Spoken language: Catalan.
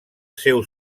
seu